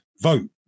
vote